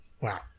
Wow